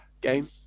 game